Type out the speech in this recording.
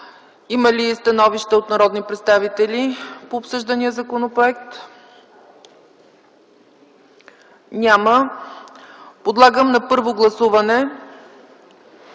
Има ли становища от народни представители по обсъждания законопроект? Няма. Подлагам на първо гласуване